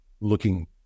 looking